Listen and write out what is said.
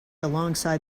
alongside